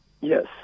Yes